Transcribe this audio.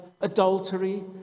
adultery